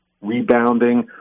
rebounding